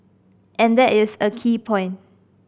and that is a key point